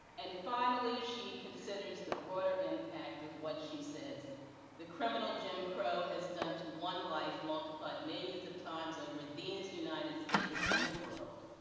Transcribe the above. and, finally, she considers the broader impact of what she says he criminal jim crow has done to one life multiplied millions of times over these united states and the world,